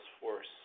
force